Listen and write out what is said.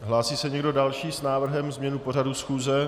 Hlásí se někdo další s návrhem změnu pořadu schůze?